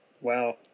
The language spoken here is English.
Wow